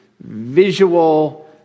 visual